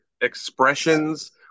expressions